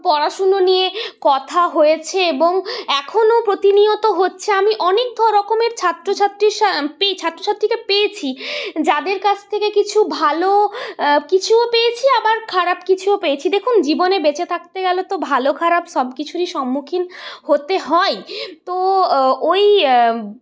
পড়াশোনা নিয়ে কথা হয়েছে এবং এখনও প্রতিনিয়ত হচ্ছে আমি অনেক ধ রকমের ছাত্রছাত্রীর সা ছাত্রছাত্রীকে পেয়েছি যাদের কাছ থেকে কিছু ভালো কিছুও পেয়েছি আবার খারাপ কিছুও পেয়েছি দেখুন জীবনে বেঁচে থাকতে গেলে তো ভালো খারাপ সব কিছুরই সম্মুখীন হতে হয় তো ওই